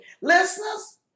Listeners